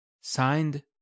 Signed